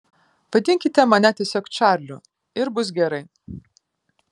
vadinkite mane tiesiog čarliu ir bus gerai